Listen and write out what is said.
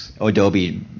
Adobe